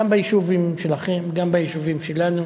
גם ביישובים שלכם, גם ביישובים שלנו,